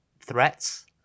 threats